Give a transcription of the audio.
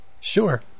Sure